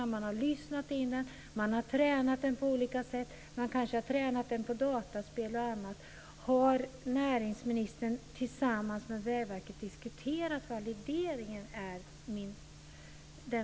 Man kan ha lyssnat in dem, tränat in dem på olika sätt, på dataspel och på andra sätt. Har näringsministern tillsammans med Vägverket diskuterat valideringen?